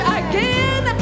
again